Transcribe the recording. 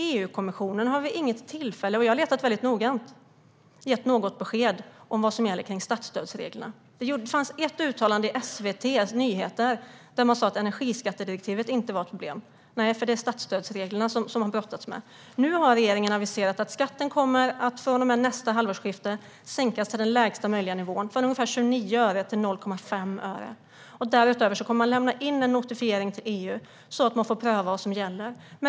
EU har vid inget tillfälle gett något besked om vad som gäller för statsstödsreglerna - och jag har letat noggrant. Det fanns ett uttalande i SVT:s nyheter där man sa att energiskattedirektivet inte var ett problem. Nej, för det är statsstödsreglerna som man har brottats med. Nu har regeringen aviserat att från och med nästa halvårsskifte kommer skatten att sänkas till den lägsta möjliga nivån, från ungefär 29 öre till 0,5 öre. Därutöver kommer regeringen att lämna in en notifiering till EU så att man få pröva vad som gäller.